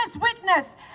witness